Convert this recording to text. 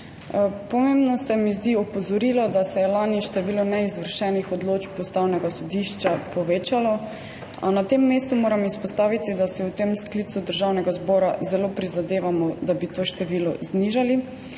Pomembno se mi zdi opozorilo, da se je lani število neizvršenih odločb Ustavnega sodišča povečalo. Na tem mestu moram izpostaviti, da si v tem sklicu Državnega zbora zelo prizadevamo, da bi to število znižali.